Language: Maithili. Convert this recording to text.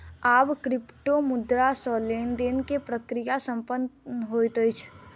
आब क्रिप्टोमुद्रा सॅ लेन देन के प्रक्रिया संपन्न होइत अछि